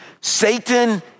Satan